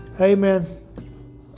Amen